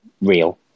real